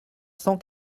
cent